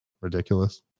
ridiculous